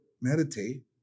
meditate